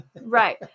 Right